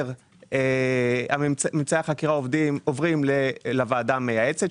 ממצאי החקירה עוברים לוועדה המייעצת.